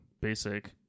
basic